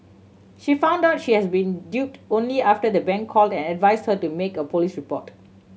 she found out she has been duped only after the bank called and advised her to make a police report